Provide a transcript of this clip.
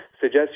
Suggest